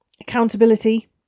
Accountability